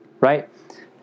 Right